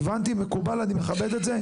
הבנתי, מקובל, אני מכבד את זה.